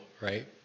right